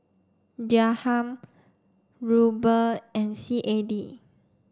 Dirham Ruble and C A D